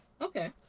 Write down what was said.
Okay